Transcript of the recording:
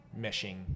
meshing